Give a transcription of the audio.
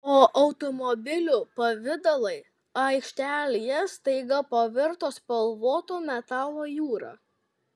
o automobilių pavidalai aikštelėje staiga pavirto spalvoto metalo jūra